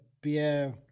beer